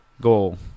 goal